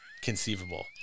conceivable